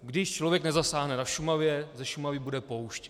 Když člověk nezasáhne na Šumavě, ze Šumavy bude poušť.